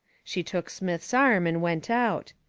she took smith's arm and went out.